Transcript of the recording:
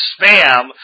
spam